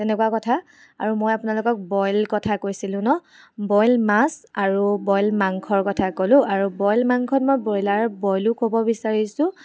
তেনেকুৱা কথা আৰু মই আপোনালোকক বইল কথা কৈছিলোঁ ন বইল মাছ আৰু বইল মাংসৰ কথা ক'লোঁ আৰু বইল মাংসত মই ব্ৰইলাৰ বইলো ক'ব বিচাৰিছোঁ